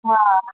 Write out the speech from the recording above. हा